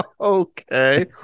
Okay